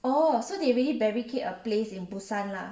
oh so they really barricade a place in busan lah